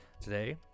today